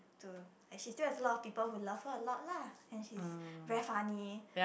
to and she still have a lot of people who love her a lot ah and she's very funny